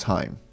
Time 》